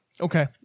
Okay